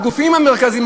על הגופים המרכזיים,